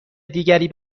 دیگری